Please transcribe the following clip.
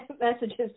messages